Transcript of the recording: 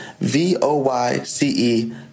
V-O-Y-C-E